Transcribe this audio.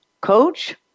coach